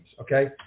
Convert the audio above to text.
okay